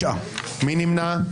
9 נמנעים,